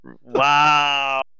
Wow